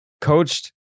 coached